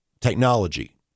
technology